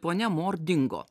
ponia mordingo